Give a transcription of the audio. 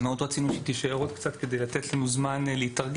מאוד רצינו שהיא תישאר עוד קצת כדי לתת לנו זמן להתארגן,